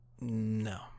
No